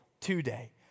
today